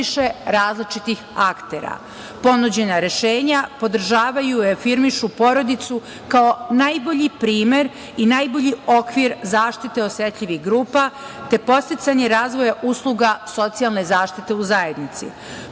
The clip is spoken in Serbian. različitih aktera. Ponuđena rešenja podržavaju i afirmišu porodicu kao najbolji primer i najbolji okvir zaštite osetljivih grupa, te podsticanje razvoja usluga socijalne zaštite u zajednici. Proces